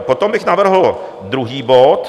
Potom bych navrhl druhý bod.